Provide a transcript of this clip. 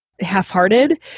half-hearted